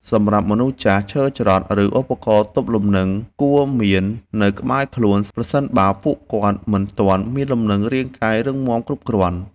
សម្រាប់មនុស្សចាស់ ឈើច្រត់ ឬឧបករណ៍ទប់លំនឹងគួរមាននៅក្បែរខ្លួន ប្រសិនបើពួកគាត់មិនទាន់មានលំនឹងរាងកាយរឹងមាំគ្រប់គ្រាន់។